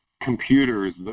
Computers